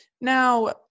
Now